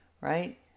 Right